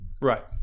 Right